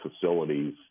facilities